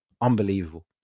Unbelievable